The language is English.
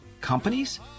companies